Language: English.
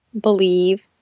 believe